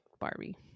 barbie